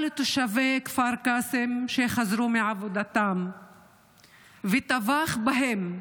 לתושבי כפר קאסם שחזרו מעבודתם וטבחו בהם.